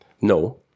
No